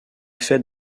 fait